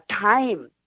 time